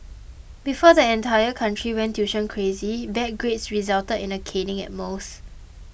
before the entire country went tuition crazy bad grades resulted in a caning at most